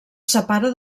separa